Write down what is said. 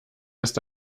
ist